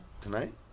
Tonight